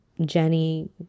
jenny